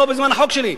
לא בזמן החוק שלי.